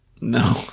No